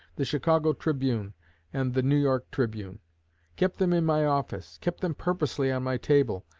the chicago tribune and the new york tribune kept them in my office, kept them purposely on my table,